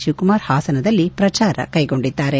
ಶಿವಕುಮಾರ್ ಹಾಸನದಲ್ಲಿ ಪ್ರಚಾರ ಕೈಗೊಂಡಿದ್ದಾರೆ